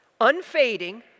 unfading